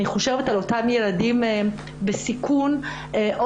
חשבתי על מצבם של ילדים בסיכון בתקופה הזאת.